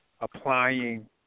applying